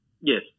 Yes